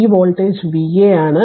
ഈ voltage Va ആണ്